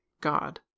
God